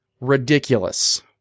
ridiculous